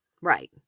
Right